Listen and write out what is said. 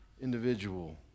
individual